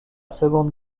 seconde